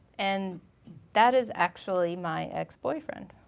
and that is actually my ex boyfriend,